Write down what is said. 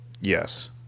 Yes